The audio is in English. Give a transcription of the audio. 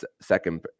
second